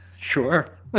Sure